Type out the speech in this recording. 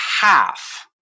half